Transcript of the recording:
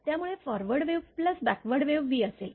त्यामुळे forward wave plus backward wave v असेल